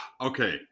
okay